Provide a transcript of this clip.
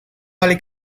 dalle